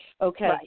Okay